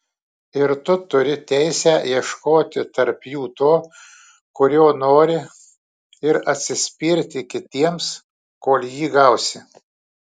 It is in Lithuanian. ir tu turi teisę ieškoti tarp jų to kurio nori ir atsispirti kitiems kol jį gausi